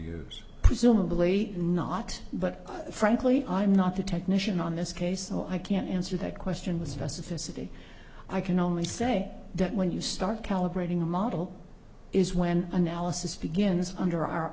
use presumably not but frankly i'm not the technician on this case so i can't answer that question with specificity i can only say that when you start calibrating a model is when analysis begins under our